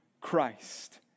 Christ